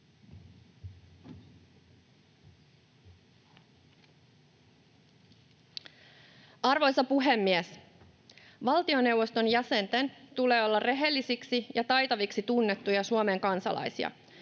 Arvoisa puhemies! Valtioneuvoston jäsenten tulee olla rehellisiksi ja taitaviksi tunnettuja Suomen kansalaisia.